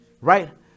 Right